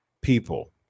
people